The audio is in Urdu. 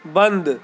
بند